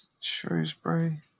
Shrewsbury